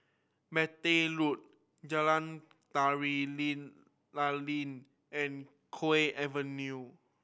Bartley Road Jalan Tari Lilin and Kew Avenue